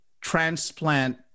transplant